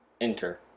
enter